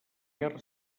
guerra